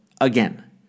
again